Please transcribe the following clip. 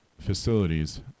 facilities